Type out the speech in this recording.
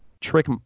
trick